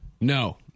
No